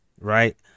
right